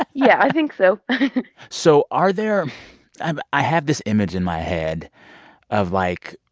yeah, i think so so are there and i have this image in my head of, like,